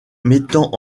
mettant